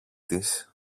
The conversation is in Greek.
της